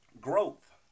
Growth